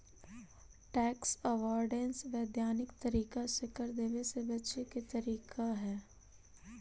tax avoidance वैधानिक तरीका से कर देवे से बचे के तरीका हई